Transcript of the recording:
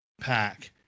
Pack